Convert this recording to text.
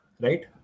right